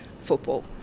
football